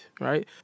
right